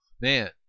man